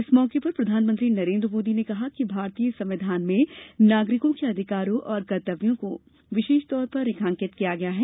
इस मौके पर प्रधानमंत्री नरेन्द्र मोदी ने कहा कि भारतीय संविधान में नागरिकों के अधिकारों और कर्तव्यों को विशेष तौर पर रेखांकित किया गया है